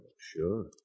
Sure